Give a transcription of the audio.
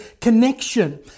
connection